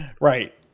Right